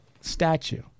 statue